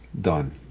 done